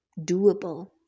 doable